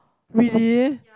really